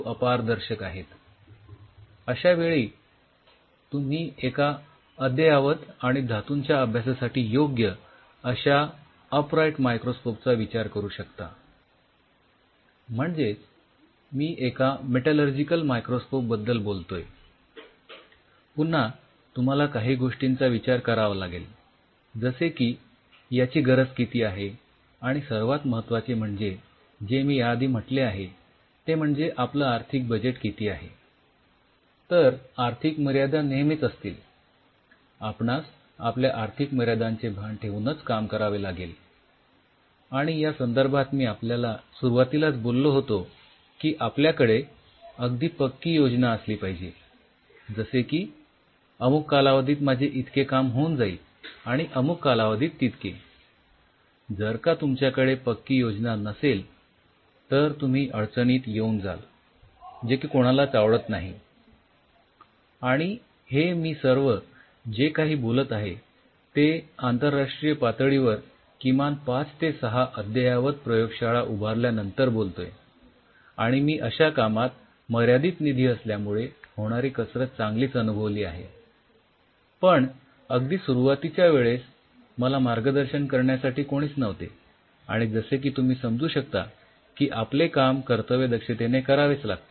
अगदी सुरुवातीच्या वेळेस मला मार्गदर्शन करण्यासाठी कोणीच नव्हते आणि जसे की तुम्ही समजू शकता की आपले काम कर्तव्यदक्षतेने करावेच लागते